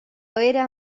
era